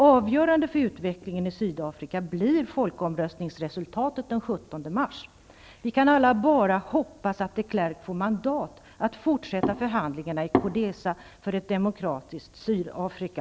Avgörande för utvecklingen i Sydafrika blir folkomröstningsresultatet den 17 mars. Vi kan alla bara hoppas att de Klerk får mandat för att fortsätta förhandlingarna i CODESA för ett demokratiskt Sydafrika.